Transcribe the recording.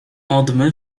odmy